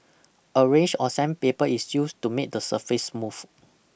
a range of sandpaper is used to make the surface smooth